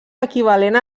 equivalent